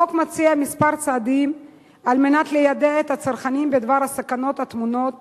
החוק מציע כמה צעדים על מנת ליידע את הצרכנים בדבר הסכנות הטמונות